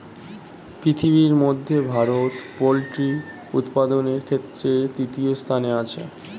পৃথিবীর মধ্যে ভারত পোল্ট্রি উপাদানের ক্ষেত্রে তৃতীয় স্থানে আছে